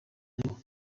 ngo